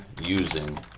using